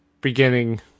beginning